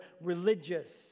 religious